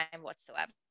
whatsoever